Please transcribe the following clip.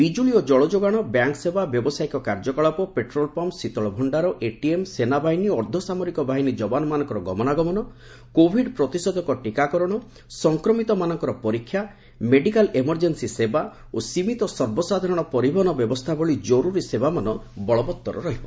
ବିକୁଳି ଓ କଳଯୋଗାଣ ବ୍ୟାଙ୍କ୍ ସେବା ବ୍ୟାବସାୟିକ କାର୍ଯ୍ୟକଳାପ ପେଟ୍ରୋଲ୍ ପମ୍ପ ଶୀତଳଭଷାର ଏଟିଏମ୍ ସେନାବାହିନୀ ଓ ଅର୍ଦ୍ଧସାମରିକ ବାହିନୀ ଯବାନମାନଙ୍କର ଗମନାଗମନ କୋଭିଡ୍ ପ୍ରତିଷେଧକ ଟିକାକରଣ ସଂକ୍ରମିତମାନଙ୍କର ପରୀକ୍ଷା ମେଡିକାଲ୍ ଏମର୍ଜେନ୍ସି ସେବା ଓ ସୀମିତ ସର୍ବସାଧାରଣ ପରିବହନ ବ୍ୟବସ୍ଥା ଭଳି ଜରୁରୀ ସେବାମାନ ବଳବତ୍ତର ରହିବ